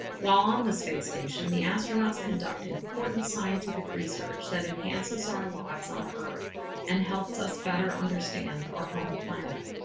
while on the space station, the astronauts conduct important scientific research that enhances our lives on earth and helps us better understand our home planet.